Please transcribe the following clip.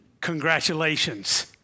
Congratulations